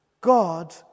God